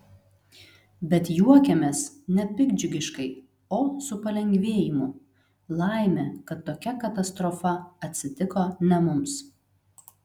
bet juokiamės ne piktdžiugiškai o su palengvėjimu laimė kad tokia katastrofa atsitiko ne mums